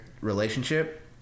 relationship